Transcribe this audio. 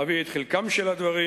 אביא את חלקם של הדברים,